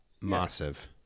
massive